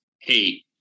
Hey